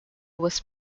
was